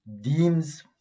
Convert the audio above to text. deems